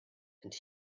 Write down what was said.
and